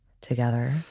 together